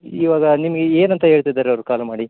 ಇವಾಗ ನಿಮ್ಗೆ ಏನು ಅಂತ ಹೇಳ್ತಿದ್ದಾರೆ ಅವ್ರು ಕಾಲು ಮಾಡಿ